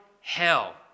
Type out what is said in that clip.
hell